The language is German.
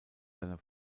seiner